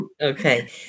Okay